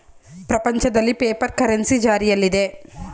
ಪ್ರಪಂಚದಲ್ಲಿ paper currency ಜಾರಿಯಲ್ಲಿದೆ